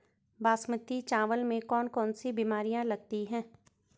बासमती चावल में कौन कौन सी बीमारियां लगती हैं?